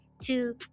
Two